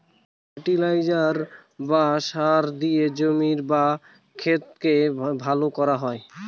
fertiliser বা সার দিয়ে জমির বা ক্ষেতকে ভালো করা হয়